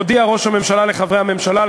הודיע ראש הממשלה לחברי הממשלה על